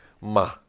Ma